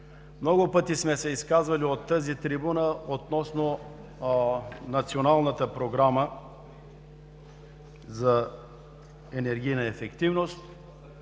Много пъти сме се изказвали от тази трибуна относно Националната програма за енергийна ефективност.